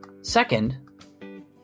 Second